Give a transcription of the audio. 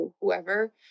whoever